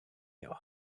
you